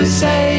say